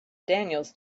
daniels